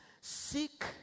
seek